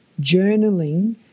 journaling